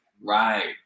Right